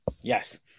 yes